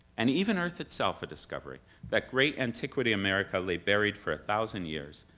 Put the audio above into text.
and even earth itself a discovery that great antiquity america lay buried for a thousand years,